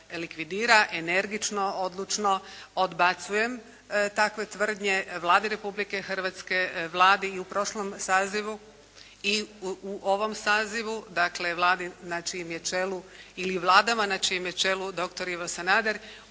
likvidira. Energično, odlučno odbacujem takve tvrdnje. Vladi Republike Hrvatske, Vladi i u prošlom sazivu i u ovom sazivu, dakle Vladi na čijem je čelu ili vladama na čijem je čelu doktor Ivo Sanader